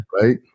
Right